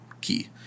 key